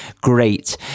great